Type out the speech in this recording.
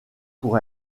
pour